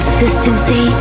Consistency